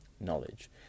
knowledge